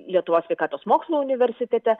lietuvos sveikatos mokslų universitete